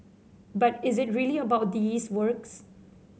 but is it really about these works